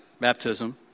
baptism